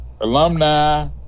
Alumni